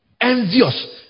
envious